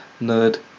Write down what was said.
nerd